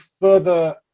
further